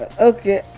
okay